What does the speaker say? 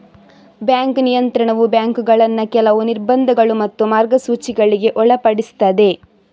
bank ನಿಯಂತ್ರಣವು ಬ್ಯಾಂಕುಗಳನ್ನ ಕೆಲವು ನಿರ್ಬಂಧಗಳು ಮತ್ತು ಮಾರ್ಗಸೂಚಿಗಳಿಗೆ ಒಳಪಡಿಸ್ತದೆ